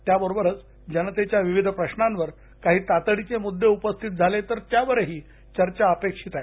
या बरोबरच जनतेच्या विविध प्रश्नांवर आणि काही तातडीचे मुद्दे उपस्थित झाले तर त्यावरही चर्चा अपेक्षित आहे